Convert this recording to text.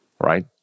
right